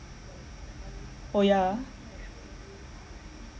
oh yeah